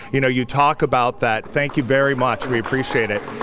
you know, you talk about that thank you very much, we appreciate it!